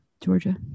Georgia